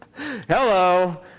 Hello